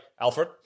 Alfred